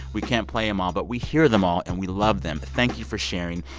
we can't play them all, but we hear them all, and we love them. thank you for sharing.